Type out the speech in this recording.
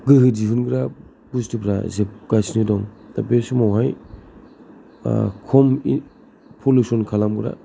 गोहो दिहुनग्रा बुस्थुफ्रा जोबगासिनो दं दा बे समावहाय खमै पलिउसन खालामग्रा